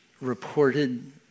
reported